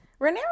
Rhaenyra